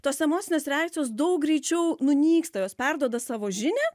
tos emocinės reakcijos daug greičiau nunyksta jos perduoda savo žinią